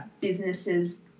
businesses